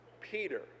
Peter